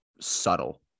subtle